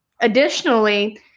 Additionally